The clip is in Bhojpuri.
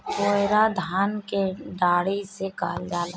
पुअरा धान के डाठी के कहल जाला